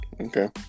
Okay